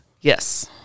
Yes